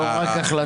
לא רק החלטות.